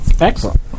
Excellent